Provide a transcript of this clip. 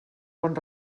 bon